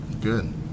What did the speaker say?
Good